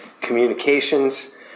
communications